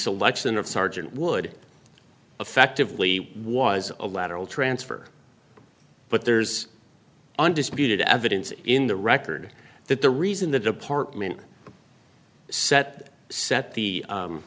selection of sergeant would effectively was a lateral transfer but there's undisputed evidence in the record that the reason the department set set the